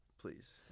Please